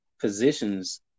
positions